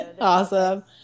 Awesome